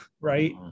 Right